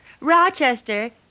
Rochester